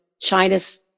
China's